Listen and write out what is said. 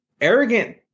arrogant